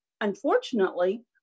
unfortunately